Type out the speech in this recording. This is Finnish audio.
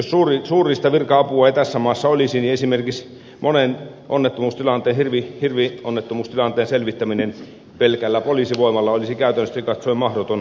jos suurriistavirka apua ei tässä maassa olisi niin esimerkiksi monen hirvionnettomuustilanteen selvittäminen pelkällä poliisivoimalla olisi käytännöllisesti katsoen mahdoton hoitaa